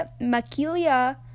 makilia